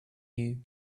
you